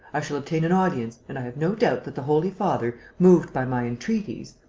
i shall obtain an audience and i have no doubt that the holy father, moved by my entreaties.